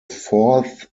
fourth